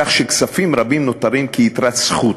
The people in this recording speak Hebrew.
כך שכספים רבים נותרים כיתרת זכות.